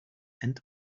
and